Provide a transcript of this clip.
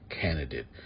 candidate